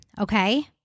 Okay